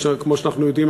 כמו שאנחנו יודעים,